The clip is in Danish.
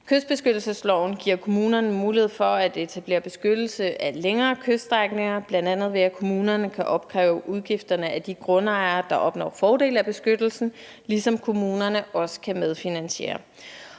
Kystbeskyttelsesloven giver kommunerne mulighed for at etablere beskyttelse af længere kyststrækninger, bl.a. ved at kommunerne kan opkræve udgifterne hos de grundejere, der opnår fordele ved beskyttelsen, ligesom kommunerne også kan medfinansiere.